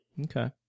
okay